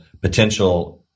potential